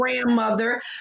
grandmother